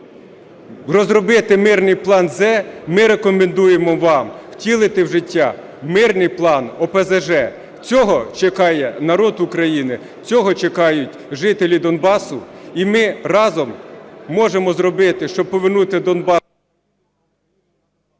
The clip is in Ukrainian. розробити мирний план "З", ми рекомендуємо вам втілити в життя мирний план "ОПЗЖ". Цього чекає народ України, цього чекають жителі Донбасу. І ми разом можемо зробити, щоб повернути Донбас.